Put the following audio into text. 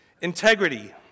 Integrity